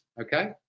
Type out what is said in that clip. Okay